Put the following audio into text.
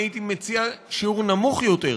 אני הייתי מציע שיעור נמוך יותר,